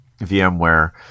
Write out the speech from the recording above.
VMware